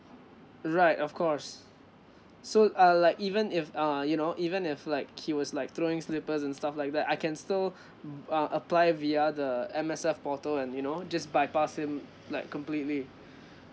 right of course so uh like even if err you know even if like he was like throwing slippers and stuff like that I can still mm uh apply via the M_S_F portal and you know just bypass him like completely